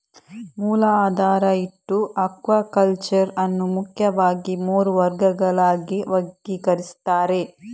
ಮೂಲ ಆಧಾರ ಇಟ್ಟು ಅಕ್ವಾಕಲ್ಚರ್ ಅನ್ನು ಮುಖ್ಯವಾಗಿ ಮೂರು ವರ್ಗಗಳಾಗಿ ವರ್ಗೀಕರಿಸ್ತಾರೆ